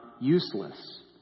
useless